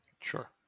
Sure